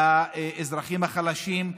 לאזרחים החלשים,